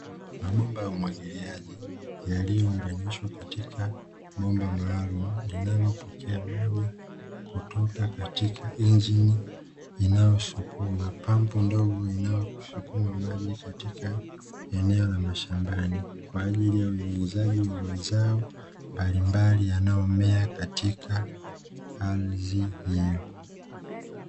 Mabomba ya umwagiliaji ,yaliyounganishwa katika bomba maalumu ,linalopokea maji kutoka katika injini inayosukuma, pampu ndogo inayosukuma maji katika eneo la shambani, kwaajili ya unyunyuzaji wa mazao mbalimbali yanayo mea katika ardhi hiyo.